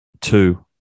two